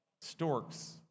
storks